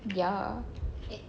ya